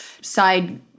side